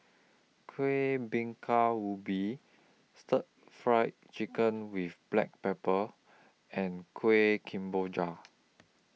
Kuih Bingka Ubi Stir Fried Chicken with Black Pepper and Kueh Kemboja